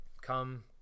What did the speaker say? come